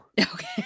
Okay